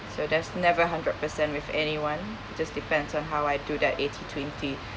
so there's never hundred per cent with anyone just depends on how I do the eighty twenty